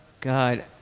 god